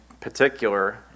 particular